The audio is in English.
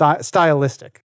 stylistic